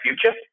future